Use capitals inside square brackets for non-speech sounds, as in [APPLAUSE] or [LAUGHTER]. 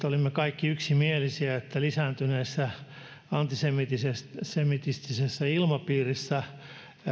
[UNINTELLIGIBLE] olimme kaikki yksimielisiä siitä että lisääntyneessä antisemitistisessä ilmapiirissä